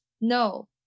no